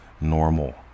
normal